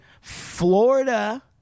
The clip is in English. Florida